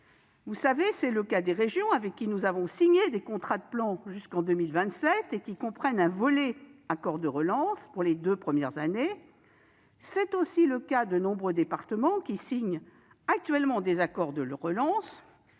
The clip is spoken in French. Gouvernement. C'est le cas des régions, avec lesquelles nous avons signé des contrats de plan qui courent jusqu'en 2027 et comprennent un volet « plan de relance » pour leurs deux premières années. C'est aussi le cas de nombre de départements, qui signent actuellement des accords de relance.